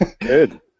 Good